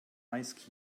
ice